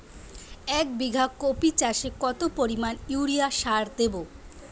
এক বিঘা কপি চাষে কত পরিমাণ ইউরিয়া সার দেবো?